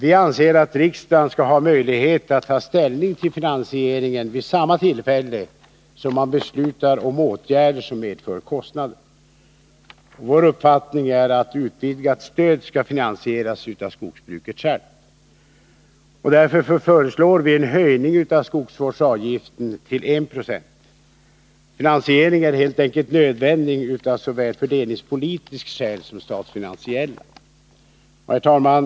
Vi anser att riksdagen skall ha möjlighet att ta ställning till finansieringen vid samma tillfälle som den beslutar om åtgärder som medför kostnader. Vår uppfattning är att ett utvidgat stöd skall finansieras av skogsbruket själv. Vi föreslår därför en höjning av skogsvårdsavgiften till 1 96. Finansieringen är helt enkelt nödvändig av såväl fördelningspolitiska skäl som statsfinansiella. Herr talman!